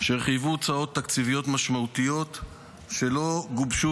אשר חייבו הוצאות תקציביות משמעותיות שלא גובשו